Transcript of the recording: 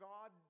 God